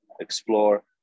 Explore